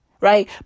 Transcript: Right